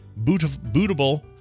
bootable